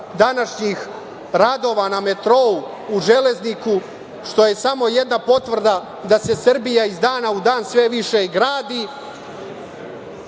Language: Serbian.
današnjih radova na metrou u Železniku, što je samo jedna potvrda da se Srbija iz dana u dan sve više gradi.